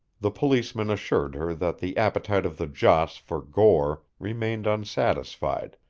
the policeman assured her that the appetite of the joss for gore remained unsatisfied,